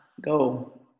go